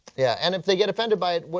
yeah and if they get offended by it,